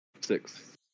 Six